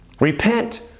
Repent